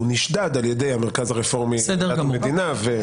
הוא נשדד על ידי "המרכז הרפורמי לדת ומדינה".